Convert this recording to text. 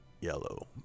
yellow